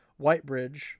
Whitebridge